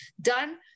done